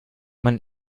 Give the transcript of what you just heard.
man